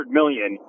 million